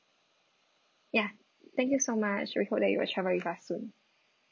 ya thank you so much we hope that you will travel with us soon